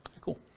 Cool